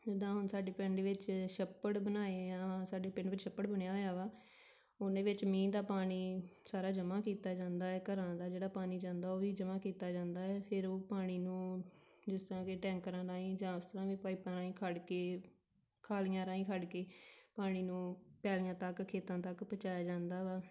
ਜਿੱਦਾਂ ਹੁਣ ਸਾਡੇ ਪਿੰਡ ਵਿੱਚ ਛੱਪੜ ਬਣਾਏ ਆ ਸਾਡੇ ਪਿੰਡ ਵਿੱਚ ਛੱਪੜ ਬਣਿਆ ਹੋਇਆ ਵਾ ਉਹਦੇ ਵਿੱਚ ਮੀਂਹ ਦਾ ਪਾਣੀ ਸਾਰਾ ਜਮ੍ਹਾਂ ਕੀਤਾ ਜਾਂਦਾ ਹੈ ਘਰਾਂ ਦਾ ਜਿਹੜਾ ਪਾਣੀ ਜਾਂਦਾ ਉਹ ਵੀ ਜਮ੍ਹਾਂ ਕੀਤਾ ਜਾਂਦਾ ਹੈ ਫਿਰ ਉਹ ਪਾਣੀ ਨੂੰ ਜਿਸ ਤਰ੍ਹਾਂ ਕਿ ਟੈਂਕਰਾਂ ਰਾਹੀਂ ਜਾਂ ਪਾਈਪਾਂ ਰਾਹੀਂ ਖੜ੍ਹ ਕੇ ਖਾਲੀਆਂ ਰਾਹੀਂ ਖੜ੍ਹ ਕੇ ਪਾਣੀ ਨੂੰ ਪੈਲੀਆਂ ਤੱਕ ਖੇਤਾਂ ਤੱਕ ਪਹੁੰਚਾਇਆ ਜਾਂਦਾ ਵਾ